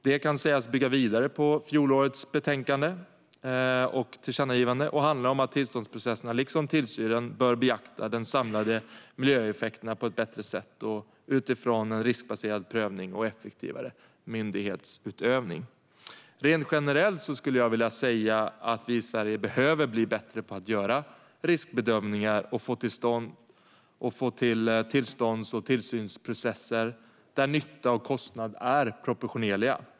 Det kan sägas bygga vidare på fjolårets tillkännagivande i det betänkandet och handlar om att tillståndsprocesserna liksom tillsynen bör beakta de samlade miljöeffekterna på ett bättre sätt utifrån en riskbaserad prövning och effektivare myndighetsutövning. Rent generellt skulle jag vilja säga att vi i Sverige behöver bli bättre på att göra riskbedömningar och få till tillstånds och tillsynsprocesser där nytta och kostnad är proportionerliga.